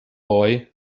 boy